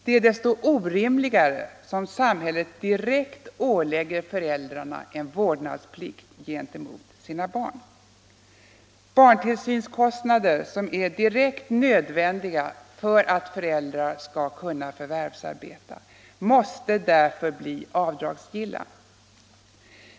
Det är desto orimligare som samhället direkt ålägger föräldrarna en vårdnadsplikt gentemot sina barn. Barntillsynskostnader som är direkt nödvändiga för att föräldrar skall kunna förvärvsarbeta måste därför bli avdragsgilla.